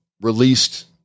released